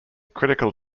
critical